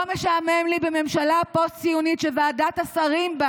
לא משעמם לי בממשלה פוסט-ציונית שוועדת השרים בה